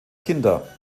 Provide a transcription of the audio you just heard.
kinder